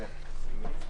בכבוד.